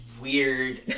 weird